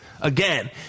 again